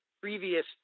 Previous